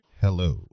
Hello